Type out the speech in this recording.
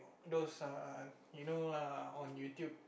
those err you know lah on YouTube